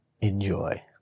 Enjoy